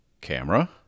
camera